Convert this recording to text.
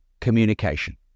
communication